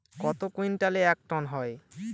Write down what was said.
কত কুইন্টালে এক টন হয়?